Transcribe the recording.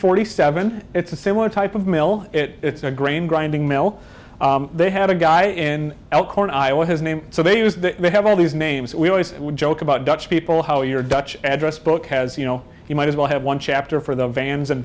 forty seven it's a similar type of mail it's a grain grinding mill they had a guy in the corner i was his name so they may have all these names we always joke about dutch people how your dutch address book has you know you might as well have one chapter for the vans and